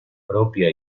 propia